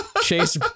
Chase